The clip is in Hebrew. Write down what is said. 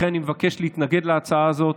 לכן אני מבקש להתנגד להצעה הזאת.